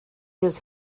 his